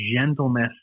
gentleness